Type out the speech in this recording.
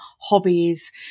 hobbies